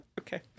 Okay